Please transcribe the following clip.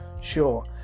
sure